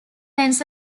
lens